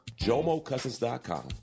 jomocousins.com